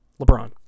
LeBron